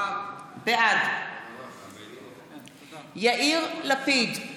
בעד יאיר לפיד,